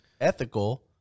ethical